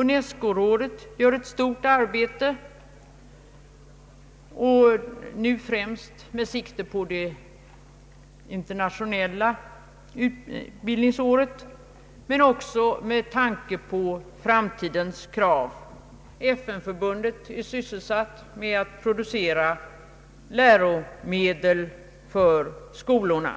UNESCO-rådet sör eit stort arbete nu främst med sikte på det internationella utbildningsåret, men också med tanke på framtidens krav. FN-förbundet är sysselsatt med att producera läromedel för skolorna.